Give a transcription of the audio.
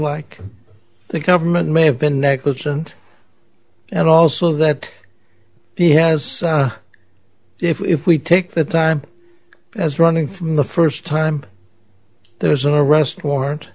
like the government may have been negligent and also that he has if we take the time as running from the first time there's an arrest warrant